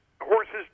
horses